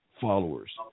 followers